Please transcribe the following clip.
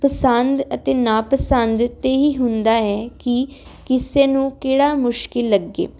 ਪਸੰਦ ਅਤੇ ਨਾ ਪਸੰਦ ਤੇ ਹੀ ਹੁੰਦਾ ਹੈ ਕੀ ਕਿਸੇ ਨੂੰ ਕਿਹੜਾ ਮੁਸ਼ਕਿਲ ਲੱਗੇ